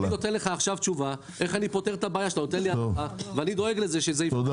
אז אני מסביר איך לפתור את הבעיה ואני דואג לזה --- תודה.